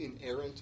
inerrant